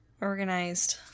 organized